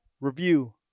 review